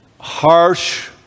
harsh